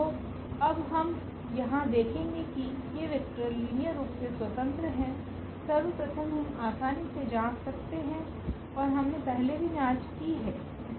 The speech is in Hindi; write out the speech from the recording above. तो अब हम यहाँ देखेंगे कि ये वेक्टर लीनियर रूप से स्वतंत्र हैं सर्वप्रथम हम आसानी से जाँच सकते हैंऔर हमने पहले भी जाँच की है